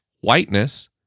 whiteness